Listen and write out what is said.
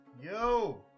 Yo